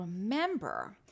remember